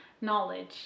knowledge